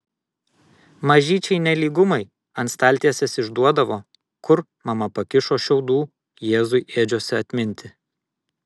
mažyčiai nelygumai ant staltiesės išduodavo kur mama pakišo šiaudų jėzui ėdžiose atminti